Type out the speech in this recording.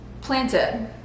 Planted